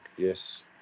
Yes